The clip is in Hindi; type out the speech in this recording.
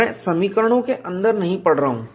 मैं समीकरणों के अंदर नहीं पड़ रहा हूं